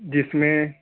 جس میں